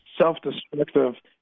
self-destructive